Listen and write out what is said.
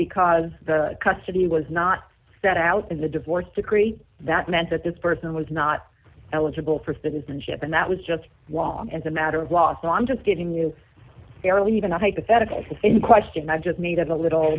because the custody was not set out in the divorce decree that meant that this person was not eligible for citizenship and that was just wrong as a matter of law so i'm just giving you barely even a hypothetical question i just made a little